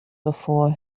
before